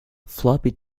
floppy